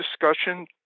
discussion